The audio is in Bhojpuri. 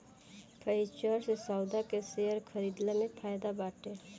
फ्यूचर्स सौदा के शेयर खरीदला में फायदा बाटे